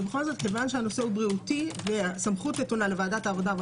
ובכל זאת כיוון שהנושא הוא בריאותי והסמכות נתונה לוועדת העבודה,